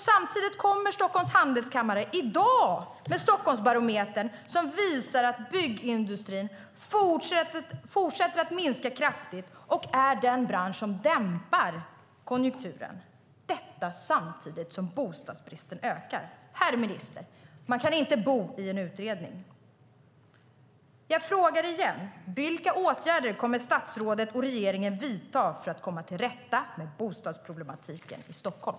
Samtidigt kommer Stockholms Handelskammare i dag med Stockholmsbarometern som visar att byggindustrin fortsätter att minska kraftigt och är den bransch som dämpar konjunkturen - detta samtidigt som bostadsbristen ökar. Herr minister! Man kan inte bo i en utredning. Jag frågar igen: Vilka åtgärder kommer statsrådet och regeringen att vidta för att komma till rätta med bostadsproblematiken i Stockholm?